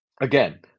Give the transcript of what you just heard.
again